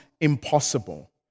impossible